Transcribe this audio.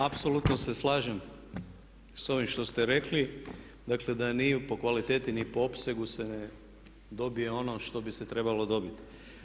Apsolutno se slažem sa ovim što ste rekli, dakle da ni po kvaliteti ni po opsegu se ne dobije ono što bi se trebalo dobiti.